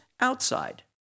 outside